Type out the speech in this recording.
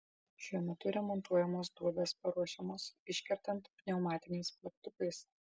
šiuo metu remontuojamos duobės paruošiamos iškertant pneumatiniais plaktukais